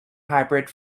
hybrid